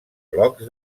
blocs